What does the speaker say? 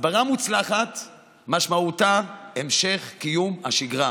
הסברה מוצלחת משמעותה המשך קיום השגרה,